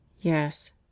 Yes